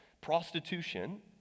Prostitution